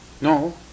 No